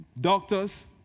doctors